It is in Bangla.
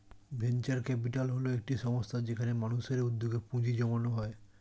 ভেঞ্চার ক্যাপিটাল হল একটি সংস্থা যেখানে মানুষের উদ্যোগে পুঁজি জমানো হয়